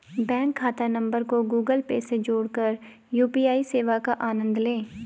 bank खाता नंबर को गूगल पे से जोड़कर यू.पी.आई सेवा का आनंद लें